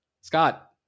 Scott